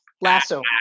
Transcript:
Lasso